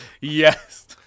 yes